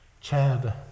Chad